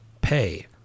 pay